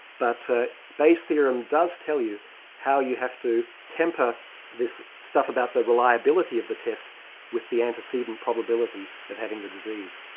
but bayes' theorem does tell you how you have to temper this stuff about the reliability of the test with the antecedent probability of having the disease.